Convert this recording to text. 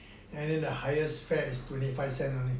and then the highest fares is twenty five cent only